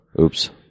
Oops